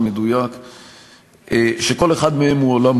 אני לא צריך להוכיח את זה שוב.